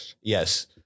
Yes